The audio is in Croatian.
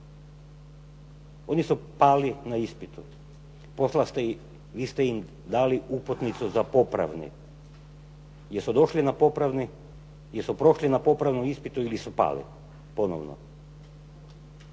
Oni su pali na ispitu. Poslali ste ih, vi ste im dali uputnicu za popravni. Jesu došli na popravni? Jesu prošli na popravnom ispitu ili su pali ponovno?